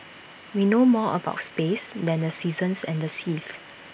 we know more about space than the seasons and the seas